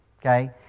okay